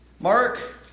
Mark